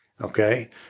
Okay